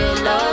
Love